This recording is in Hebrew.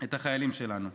את החיילים שלנו.